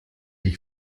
ich